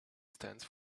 stands